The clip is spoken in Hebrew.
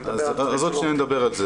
אז עוד שניה נדבר על.